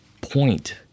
point